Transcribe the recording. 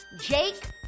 Jake